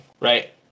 right